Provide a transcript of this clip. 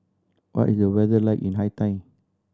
what is the weather like in Haiti